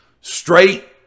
straight